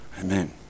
Amen